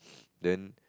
then